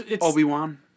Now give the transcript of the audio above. Obi-Wan